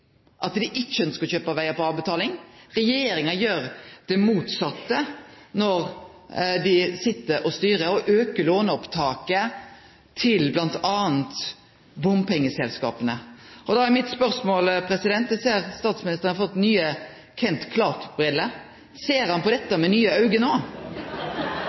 at dei ikkje ønskjer å kjøpe vegar på avbetaling – og regjeringa gjer det motsette når dei sit og styrer. Dei aukar låneopptaket til bl.a. bompengeselskapa. Då er mitt spørsmål – eg ser at statsministeren har fått nye Clark Kent-briller: Ser han på dette med nye augo no?